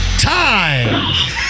Time